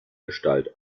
gestalt